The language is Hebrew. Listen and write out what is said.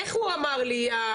איך הוא אמר לי השוטר?